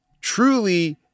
truly